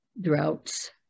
droughts